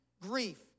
Grief